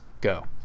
go